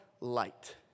light